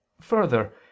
Further